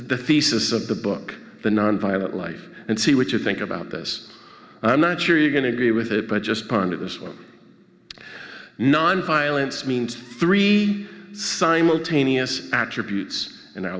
is the thesis of the book the nonviolent life and see what you think about this i'm not sure you're going to agree with it but just ponder this one non violence means three simultaneous attributes in our